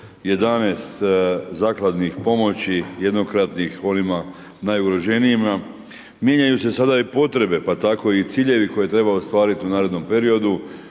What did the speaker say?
26411 zakladnih pomoći jednokratnih onima najugroženijima. Mijenjaju se sada i potrebe pa tako i ciljevi koje treba ostvariti u narednom periodu.